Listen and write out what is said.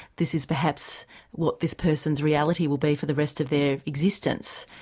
this is perhaps what this person's reality will be for the rest of their existence.